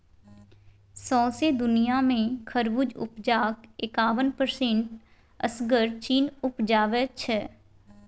सौंसे दुनियाँ मे खरबुज उपजाक एकाबन परसेंट असगर चीन उपजाबै छै